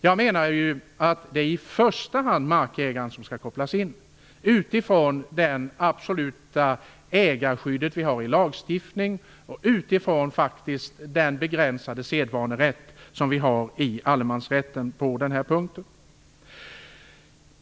Jag menar att det i första hand är markägaren som skall kopplas in, med hänsyn till det absoluta ägarskydd som vi har i lagstiftningen och med hänsyn till den begränsade sedvanerätt som vi har på den punkten i allemansrätten.